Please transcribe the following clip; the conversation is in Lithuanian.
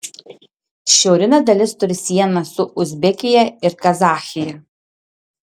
šiaurinė dalis turi sieną su uzbekija ir kazachija